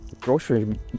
grocery